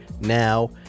now